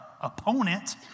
opponent